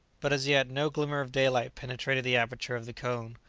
but as yet no glimmer of daylight penetrated the aperture of the cone,